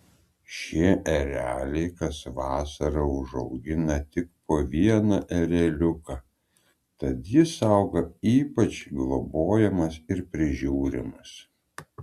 šie ereliai kas vasarą užaugina tik po vieną ereliuką tad jis auga ypač globojamas ir prižiūrimas